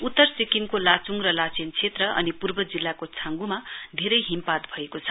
उत्तर सिक्किमको लाच्ड र लाचेन क्षेत्र अनि पूर्व जिल्लाको छाँग्मा धेरै हिमपात भएको छ